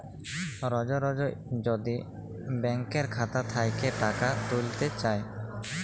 রজ রজ যদি ব্যাংকের খাতা থ্যাইকে টাকা ত্যুইলতে চায়